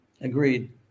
Agreed